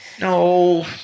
No